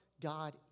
God